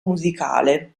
musicale